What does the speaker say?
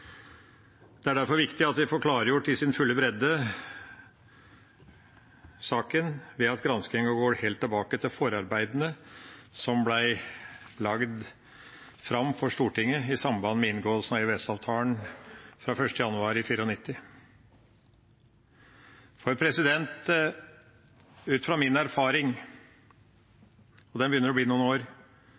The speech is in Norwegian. Det er derfor viktig at vi får klargjort saken i sin fulle bredde ved at granskingen går helt tilbake til forarbeidene som ble lagt fram for Stortinget i samband med inngåelsen av EØS-avtalen fra 1. januar 1994. For ut fra min erfaring – og det begynner å bli noen år